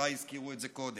וחבריי הזכירו את זה קודם.